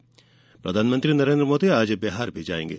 वहीं प्रधानमंत्री नरेंद्र मोदी आज बिहार भी जाएंगे